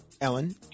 Ellen